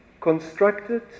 constructed